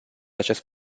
acest